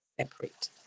separate